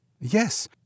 Yes